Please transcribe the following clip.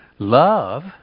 Love